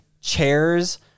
chairs